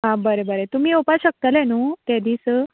आं बरें बरें तुमी येवपा शकतले न्हू ते दीस